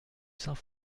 saint